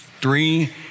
three